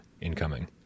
incoming